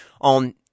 on